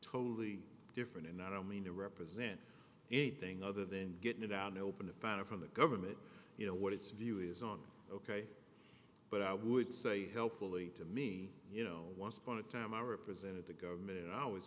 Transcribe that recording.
totally different and i don't mean to represent anything other than getting it out on the open a fan or from the government you know what its view is on ok but i would say helpfully to me you know once upon a time i represented the government and i was